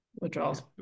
withdrawals